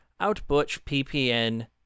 OutButchPPN